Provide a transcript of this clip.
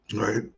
right